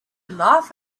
laugh